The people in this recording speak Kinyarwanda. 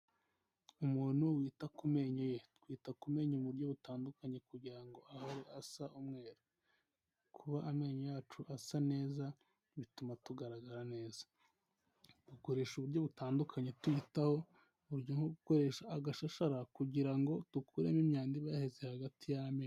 Umuntu wita ku menyo ye, twita ku menyo mu buryo butandukanye, kugira ngo ahore asa umweru, kuba amenyo yacu asa neza bituma tugaragara neza, dukoresha uburyo butandukanye tuyitaho uburyo nko gukoresha agashashara kugira dukuremo imyanda ibaheze hagati y'amenyo.